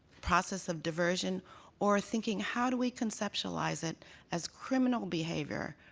process of diversion or thinking how do we conceptualize it as criminal behavior,